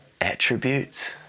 attributes